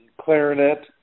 clarinet